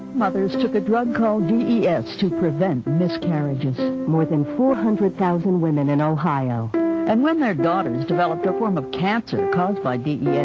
mothers took a drug called des ah to prevent miscarriages more than four hundred thousand women in ohio and when their daughters developed a form of cancer caused by des, yeah